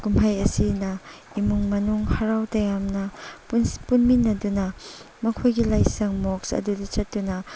ꯀꯨꯝꯍꯩ ꯑꯁꯤꯅ ꯏꯃꯨꯡ ꯃꯅꯨꯡ ꯍꯔꯥꯎ ꯇꯌꯥꯝꯅ ꯄꯨꯟꯃꯤꯟꯅꯗꯨꯅ ꯃꯈꯣꯏꯒꯤ ꯂꯥꯏꯁꯪ ꯃꯣꯛꯁ ꯑꯗꯨꯗ ꯆꯠꯇꯨꯅ